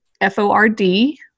F-O-R-D